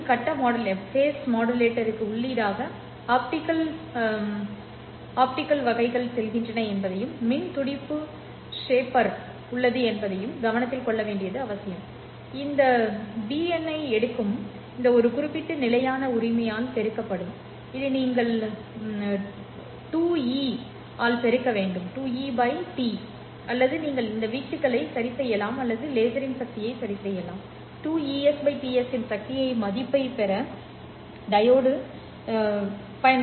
கட்ட மாடுலேட்டருக்கு உள்ளீடாக ஆப்டிகல் பருப்பு வகைகள் செல்கின்றன என்பதையும் மின் துடிப்பு ஷேப்பர் உள்ளது என்பதையும் கவனத்தில் கொள்ள வேண்டியது அவசியம் இது இந்த பிஎனை எடுக்கும் இது ஒரு குறிப்பிட்ட நிலையான உரிமையால் பெருக்கப்படும் இதை நீங்கள் by 2E கள் ஆல் பெருக்க வேண்டும் T s¿ ¿அல்லது நீங்கள் வீச்சுகளை சரிசெய்யலாம் அல்லது லேசரின் சக்தியை சரிசெய்யலாம் 2Es Ts இன் சக்தி மதிப்பைப் பெற டையோடு